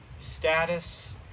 status